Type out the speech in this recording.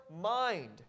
mind